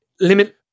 limit